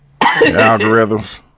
Algorithms